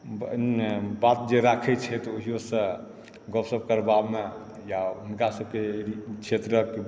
बात जे राखैत छथि ओहियोसँ गपशप करबामे या हुनकासभकें क्षेत्रक